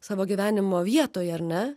savo gyvenimo vietoje ar ne